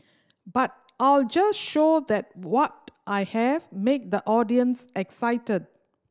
but I'll just show that what I have make the audience excited